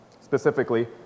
specifically